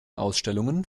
ausstellungen